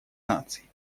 наций